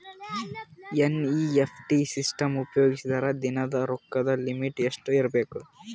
NEFT system ಉಪಯೋಗಿಸಿದರ ದಿನದ ರೊಕ್ಕದ ಲಿಮಿಟ್ ಎಷ್ಟ ಇರಬೇಕು?